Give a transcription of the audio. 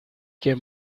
quien